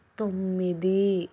తొమ్మిది